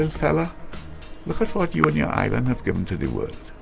and fella, look at what you and your island have given to the world